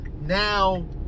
now